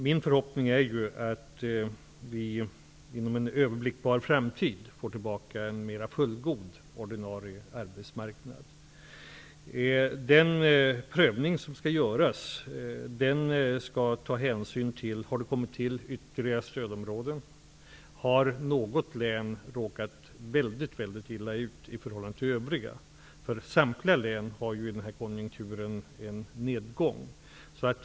Min förhoppning är att vi inom en överblickbar framtid får tillbaka en mera fullgod ordinarie arbetsmarknad. Den prövning som skall göras skall ta hänsyn till om det har tillkommit ytterligare stödområden och om något län har råkat väldigt illa ut i förhållande till övriga län. Samtliga län drabbas ju av en nedgång i denna konjunktur.